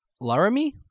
Laramie